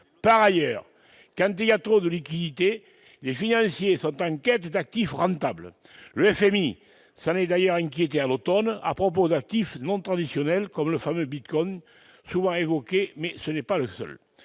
Par ailleurs, quand il y a trop de liquidités, les financiers sont en quête d'actifs rentables. Le FMI s'en est inquiété à l'automne, à propos d'actifs non traditionnels comme le fameux bitcoin, qui est souvent évoqué, mais il n'est pas le seul.